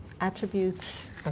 attributes